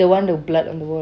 the one the blood on the wall